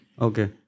Okay